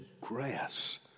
grass